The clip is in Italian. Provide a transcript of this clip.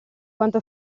quanto